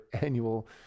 annual